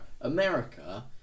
America